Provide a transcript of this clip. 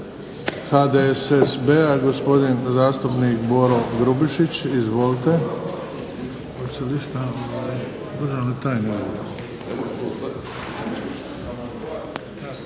HDSSB-a gospodin zastupnik Boro Grubišić. Izvolite.